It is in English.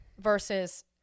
Versus